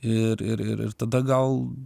ir ir ir tada gal